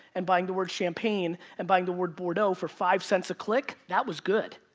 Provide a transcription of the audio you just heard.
and buying the word champagne, and buying the word bordeaux for five cents a click, that was good.